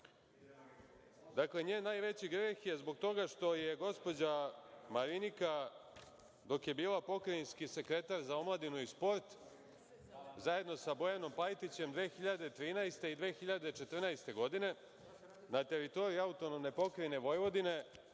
Dakle, njen najveći greh je zbog toga što je gospođa Marinika, dok je bila pokrajinski sekretar za omladinu i sport, zajedno sa Bojanom Pajtićem, 2013. i 2014. godine na teritoriji AP Vojvodine,